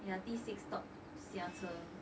ya 第 six stop 下车